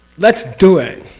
let's do it.